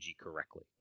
correctly